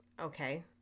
okay